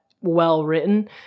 well-written